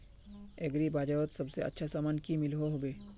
Agri बजारोत सबसे अच्छा सामान की मिलोहो होबे?